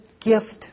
gift